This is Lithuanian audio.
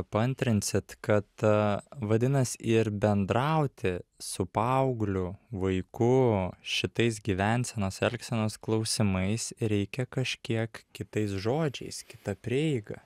paantrinsit kad a vadinas ir bendrauti su paaugliu vaiku šitais gyvensenos elgsenos klausimais reikia kažkiek kitais žodžiais kita prieiga